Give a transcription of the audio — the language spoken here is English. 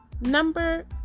Number